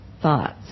thoughts